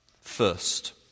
First